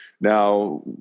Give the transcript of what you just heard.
Now